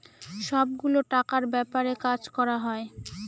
সব গুলো টাকার ব্যাপারে কাজ করা হয়